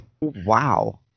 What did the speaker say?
Wow